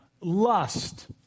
lust